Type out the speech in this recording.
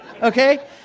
okay